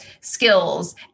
skills